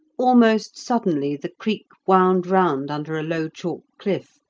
almost suddenly the creek wound round under a low chalk cliff,